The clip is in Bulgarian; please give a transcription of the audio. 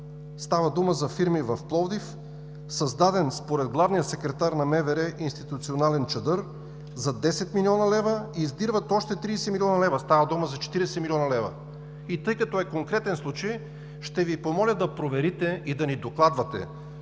Става дума за фирми в Пловдив, създаден според главния секретар на МВР „институционален чадър“ за 10 млн. лв. и издирват още 30 млн. лв. – става дума за 40 млн. лв. Тъй като е конкретен случай, ще Ви помоля да проверите и да ни докладвате